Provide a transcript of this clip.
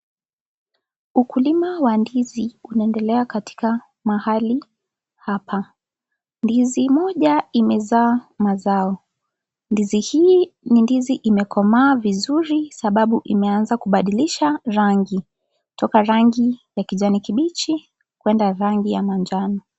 Ukulima wa ndizi unaendelea katika mahali hapa. Ndizi moja imezaa mazao. Ndizi hii ni ndizi imekomaa vizuri sababu imeanza kubadilisha rangi toka rangi ya kijani kibichi kwenda rangi ya manjano.